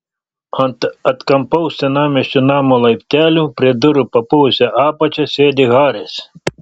ant atkampaus senamiesčio namo laiptelių prie durų papuvusia apačia sėdi haris